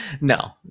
no